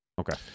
okay